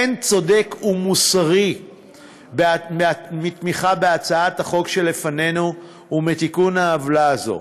אין צודק ומוסרי מתמיכה בהצעת החוק שלפנינו ומתיקון העוולה הזאת,